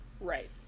right